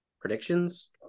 predictions